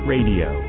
Radio